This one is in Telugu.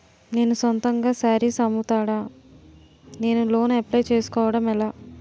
నేను సొంతంగా శారీస్ అమ్ముతాడ, నేను లోన్ అప్లయ్ చేసుకోవడం ఎలా?